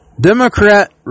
Democrat